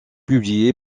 publié